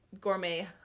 gourmet